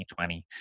2020